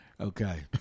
okay